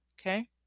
okay